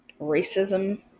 Racism